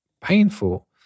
painful